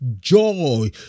joy